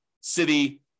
city